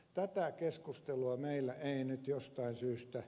tätä keskustelua meillä ei nyt jostain syystä